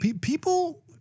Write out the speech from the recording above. People